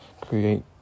create